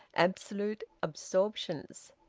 absolute absorptions.